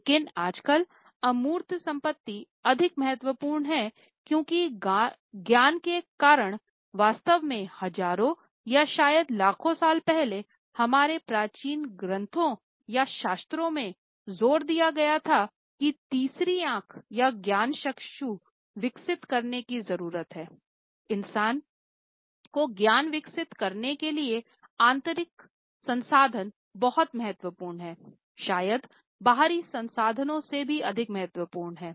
लेकिन आजकल अमूर्त संपत्ति अधिक महत्वपूर्ण है क्योंकि ज्ञान के कारण वास्तव में हजारों या शायद लाखों सालों पहले हमारे प्राचीन ग्रंथों या शास्ता में जोर दिया गया था कि तीसरी आँख या ज्ञानचक्षु विकसित करने की जरूरत हैइंसान को ज्ञान विकसित करने के लिए आंतरिक संसाधन बहुत महत्वपूर्ण हैं शायद बाहरी संसाधनों से भी अधिक महत्वपूर्ण हैं